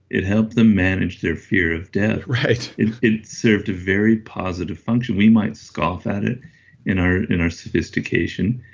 it helped them manage their fear of death. it it served a very positive function. we might scoff at it in our in our sophistication,